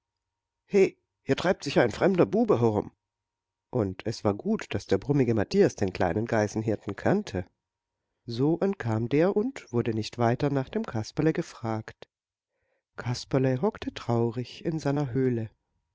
he hier treibt sich ja ein fremder bube herum und es war gut daß der brummige matthias den kleinen geißenhirten kannte so entkam der und wurde nicht weiter nach dem kasperle gefragt kasperle hockte traurig in seiner höhle